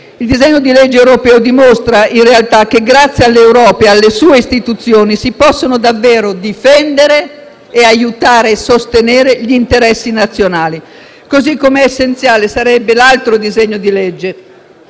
Il disegno di legge europeo dimostra in realtà che grazie all'Europa alle sue istituzioni si possono davvero difendere, aiutare e sostenere gli interessi nazionali. Al pari essenziale sarebbe l'altro disegno di legge,